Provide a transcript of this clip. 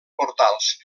portals